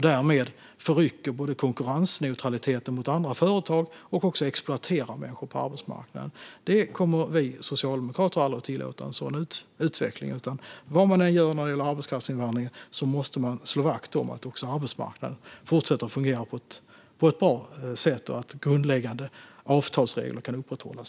Därmed förrycker man både konkurrensneutralitet i förhållande till andra företag och exploaterar människor på arbetsmarknaden. En sådan utveckling kommer vi socialdemokrater aldrig att tillåta. Vad vi än gör när det gäller arbetskraftsinvandring måste vi också slå vakt om att arbetsmarknaden fortsätter att fungera på ett bra sätt och att grundläggande avtalsregler kan upprätthållas.